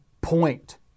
point